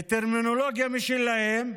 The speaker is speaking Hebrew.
בטרמינולוגיה משלהם.